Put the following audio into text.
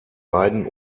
weiden